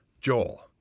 Joel